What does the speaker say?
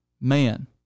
man